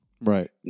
right